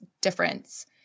difference